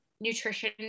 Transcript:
nutrition